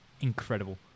Incredible